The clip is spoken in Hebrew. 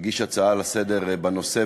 הגיש הצעה לסדר-היום בנושא,